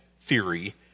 Theory